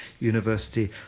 University